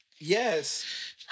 Yes